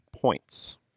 points